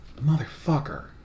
motherfucker